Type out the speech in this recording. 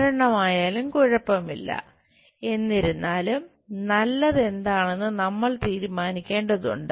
ഒരെണ്ണം ആയാലും കുഴപ്പമില്ല എന്നിരുന്നാലും നല്ലത് എന്താണെന്ന് നമ്മൾ തീരുമാനിക്കേണ്ടതുണ്ട്